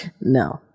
no